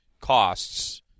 costs